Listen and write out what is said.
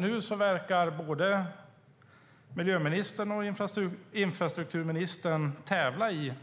Nu verkar både miljöministern och infrastrukturministern tävla i